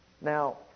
Now